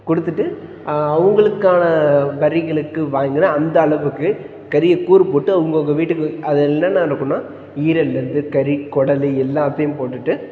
கொடுத்துட்டு அவங்களுக்கான வரிங்களுக்கு வாங்கின அந்த அளவுக்கு கறியை கூறு போட்டு அவுங்கவங்க வீட்டுக்கு அதில் என்னென்ன இருக்குன்னால் ஈரல்லேருந்து கறி குடலு எல்லாத்தையும் போட்டுட்டு